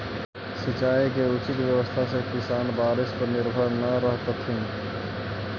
सिंचाई के उचित व्यवस्था से किसान बारिश पर निर्भर न रहतथिन